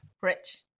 Rich